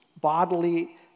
bodily